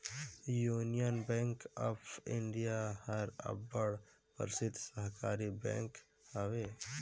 union Bank of India हर अब्बड़ परसिद्ध सहकारी बेंक हवे